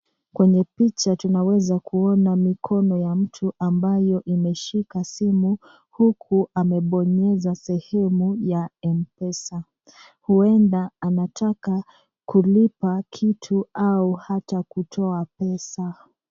Kwenye picha tunaweza kuona mikono ya mtu ambayo imeshika simu huku amebonyeza sehemu ya M-Pesa. Huenda anataka kulipa kitu au hata kutoa pesa.